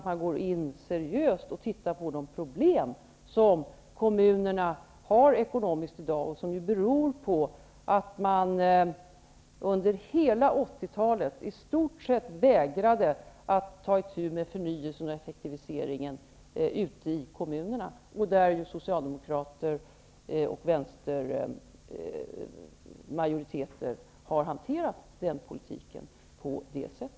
Man bör seriöst se på de ekonomiska problem som kommunerna har i dag och som beror på att man under hela 80-talet i stort sett vägrade att ta itu med förnyelsen och effektiviseringen ute i kommunerna. Det är socialdemokrater och vänstermajoriteter som har hanterat politiken på det sättet.